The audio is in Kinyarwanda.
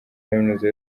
kaminuza